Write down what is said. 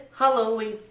Halloween